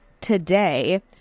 today